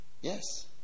Yes